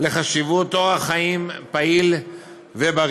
לחשיבות אורח חיים פעיל ובריא: